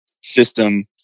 system